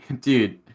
dude